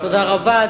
תודה רבה.